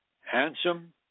handsome